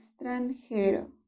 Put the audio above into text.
extranjero